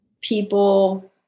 people